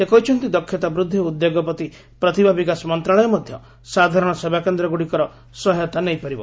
ସେ କହିଛନ୍ତି ଦକ୍ଷତା ବୃଦ୍ଧି ଓ ଉଦ୍ୟୋଗପତି ପ୍ରତିଭା ବିକାଶ ମନ୍ତ୍ରଣାଳୟ ମଧ୍ୟ ସାଧାରଣ ସେବାକେନ୍ଦ୍ରଗୁଡ଼ିକର ସହାୟତା ନେଇପାରିବ